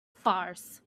farce